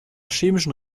chemischen